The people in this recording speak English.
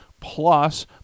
plus